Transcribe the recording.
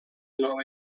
nova